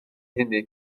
hynny